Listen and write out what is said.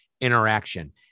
interaction